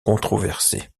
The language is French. controversées